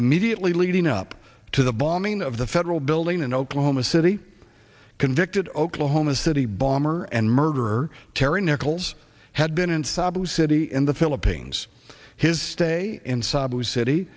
immediately leading up to the bombing of the federal building in oklahoma city convicted oklahoma city bomber and murderer terry nichols had been in fabulous city in the philippines his stay inside his city